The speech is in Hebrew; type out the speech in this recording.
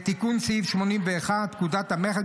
בתיקון סעיף 81 לפקודת המכס,